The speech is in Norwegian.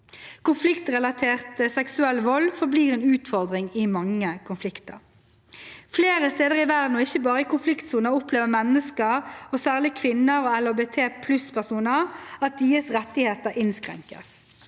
Konfliktrelatert seksuell vold forblir en utfordring i mange konflikter. Flere steder i verden, og ikke bare i konfliktsoner, opplever mennesker, og særlig kvinner og LHBT+-personer, at deres rettigheter innskrenkes.